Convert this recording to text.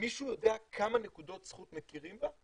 מישהו יודע כמה נקודות זכות מכירים בה?